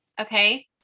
okay